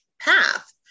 path